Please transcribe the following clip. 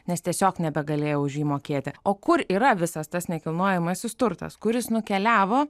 nes tiesiog nebegalėjo už jį mokėti o kur yra visas tas nekilnojamasis turtas kur jis nukeliavo